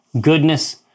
goodness